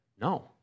No